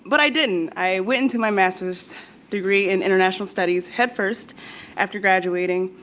but i didn't. i went into my master's degree in international studies headfirst after graduating.